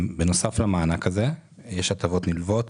בנוסף למענק הזה יש הטבות נלוות,